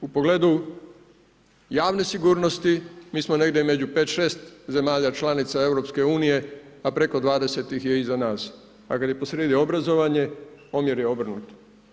U pogledu javne sigurnosti, mi smo negdje među 5, 6 zemalja članica EU, a preko 20 ih je iza nas, a kad je posrijedi obrazovanje, omjer je obrnut.